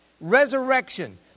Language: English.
Resurrection